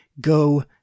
go